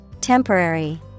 Temporary